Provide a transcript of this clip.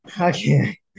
Okay